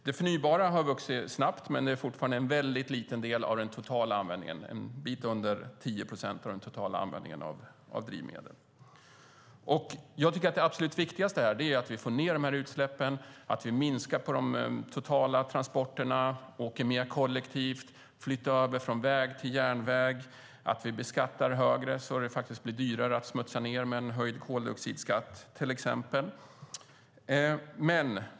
Det förnybara har vuxit snabbt men är fortfarande en liten del av den totala användningen av drivmedel - en bit under 10 procent. Jag tycker att det absolut viktigaste är att vi får ned utsläppen, att vi minskar de totala transporterna, åker mer kollektivt, flyttar över från väg till järnväg och beskattar högre så att det blir dyrare att smutsa ned med en höjd koldioxidskatt, till exempel.